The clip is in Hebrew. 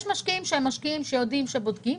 יש משקיעים שיודעים כשבודקים,